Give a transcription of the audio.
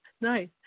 Nice